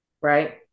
right